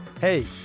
Hey